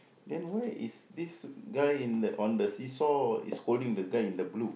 there why is this guy in the on the see-saw is holding the guy in the blue